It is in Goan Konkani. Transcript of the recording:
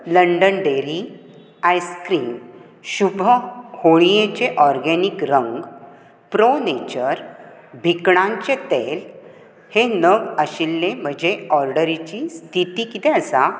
लंडन डेरी आयसक्रीम शूभ होळयेचे ऑर्गेनीक रंग प्रो नेचर भिकणांचें तेल हे नग आशिल्ले म्हजे ऑर्डरीची स्थिती कितें आसा